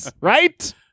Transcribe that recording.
right